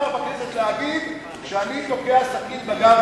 מותר בכנסת להגיד שאני תוקע סכין בגב,